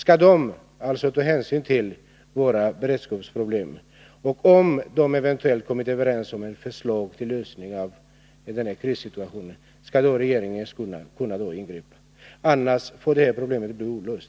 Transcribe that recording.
Kommer redarna då att ta hänsyn till våra beredskapsproblem? Och om de eventuellt inte kommer överens om ett förslag till lösning av denna krissituation, skall regeringen då kunna ingripa? Annars förblir ju problemet olöst.